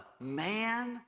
man